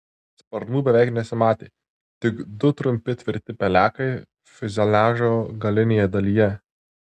sparnų beveik nesimatė tik du trumpi tvirti pelekai fiuzeliažo galinėje dalyje